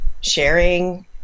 sharing